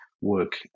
work